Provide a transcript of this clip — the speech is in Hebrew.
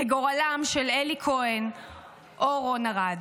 כגורלם של אלי כהן או רון ארד.